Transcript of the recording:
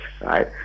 right